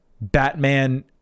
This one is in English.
Batman